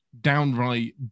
downright